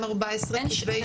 214 כתבי אישום.